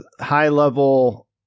high-level